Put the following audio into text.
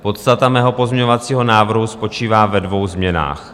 Podstata mého pozměňovacího návrhu spočívá ve dvou změnách.